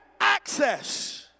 access